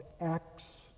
Acts